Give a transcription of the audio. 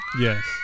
yes